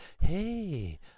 Hey